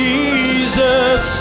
Jesus